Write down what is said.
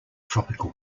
tropical